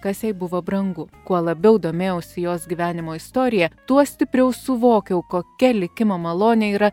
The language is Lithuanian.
kas jai buvo brangu kuo labiau domėjausi jos gyvenimo istorija tuo stipriau suvokiau kokia likimo malonė yra